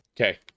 Okay